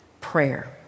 Prayer